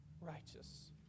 Righteous